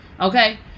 Okay